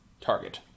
target